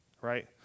right